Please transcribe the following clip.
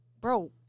bro